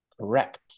correct